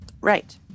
Right